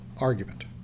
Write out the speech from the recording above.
argument